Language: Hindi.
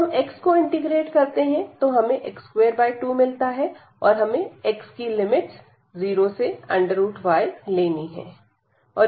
जब हम x को इंटीग्रेट करते हैं तो हमें x22 मिलता है और हमें x की लिमिट्स 0 से y लेनी है